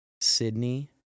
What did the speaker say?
Sydney